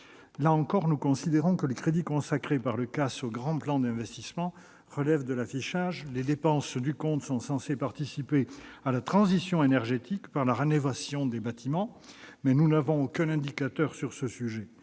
éclairer. Nous considérons que les crédits consacrés par le CAS au Grand plan d'investissement relèvent de l'affichage. Les dépenses sont censées participer à la transition énergétique par la rénovation des bâtiments, mais nous n'avons aucun indicateur en